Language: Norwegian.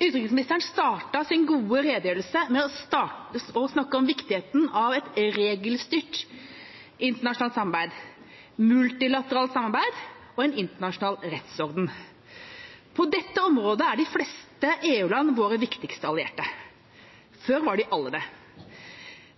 Utenriksministeren startet sin gode redegjørelse med å snakke om viktigheten av et regelstyrt internasjonalt samarbeid, multilateralt samarbeid og en internasjonal rettsorden. På dette området er de fleste EU-land våre viktigste allierte. Før var de alle det.